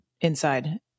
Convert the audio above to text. inside